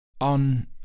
On